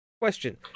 question